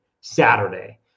saturday